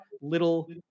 little